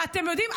ואתם יודעים,